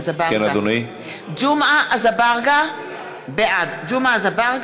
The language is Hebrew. (קוראת בשם חבר הכנסת) ג'מעה אזברגה, בעד